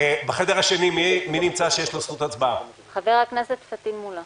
של קבוצת הרשימה המשותפת וקבוצת מרצ לסעיף 1